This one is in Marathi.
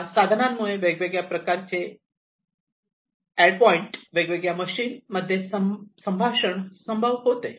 या साधनांमुळे वेगवेगळ्या प्रकारचे एड पॉईंट आणि वेगवेगळ्या मशीन मध्ये संभाषण संभव होते